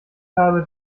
habe